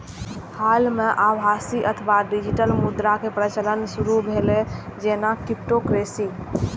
हाल मे आभासी अथवा डिजिटल मुद्राक प्रचलन शुरू भेलै, जेना क्रिप्टोकरेंसी